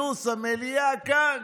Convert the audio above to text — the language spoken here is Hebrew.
יום ראשון, כינוס המליאה כאן.